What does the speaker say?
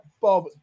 Bob